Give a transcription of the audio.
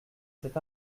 cet